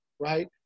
Right